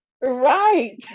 right